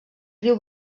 riu